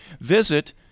Visit